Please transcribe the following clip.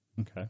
Okay